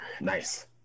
Nice